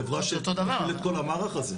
צריך לבחור חברה שתפעיל את כל המערך הזה.